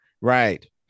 right